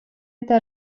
это